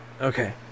okay